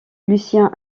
lucien